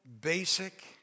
basic